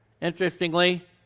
interestingly